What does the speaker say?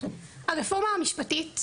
הרפורמה המשפטית,